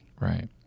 Right